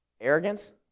arrogance